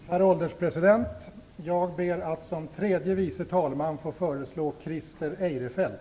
Herr ålderspresident! Jag ber att som tredje vice talman få föreslå Christer Eirefelt.